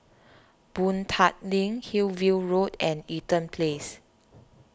Boon Tat Link Hillview Road and Eaton Place